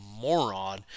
moron